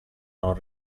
non